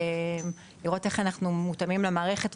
לראות איך אנחנו מותאמים למערכת,